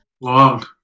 long